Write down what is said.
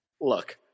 Look